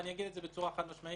אני אגיד בצורה חד-משמעית: